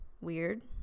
Weird